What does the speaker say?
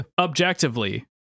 objectively